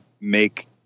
make